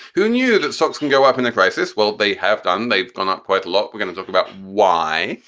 who knew that stocks can go up in a crisis? well, they have done. they've gone up quite a lot. we're gonna talk about why.